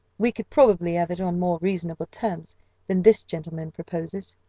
we could probably have it on more reasonable terms than this gentleman proposes.